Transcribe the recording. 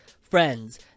friends